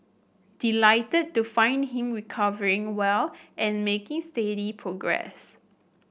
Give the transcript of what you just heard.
delighted to find him recovering well and making steady progress